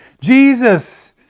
Jesus